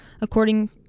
according